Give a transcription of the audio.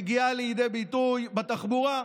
מגיע לידי ביטוי בתחבורה: